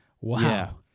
Wow